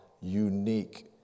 unique